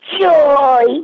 Joy